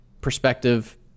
perspective